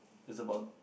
it's about